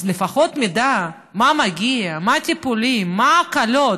אז לפחות מידע מה מגיע, מה הטיפולים, מה ההקלות.